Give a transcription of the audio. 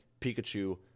Pikachu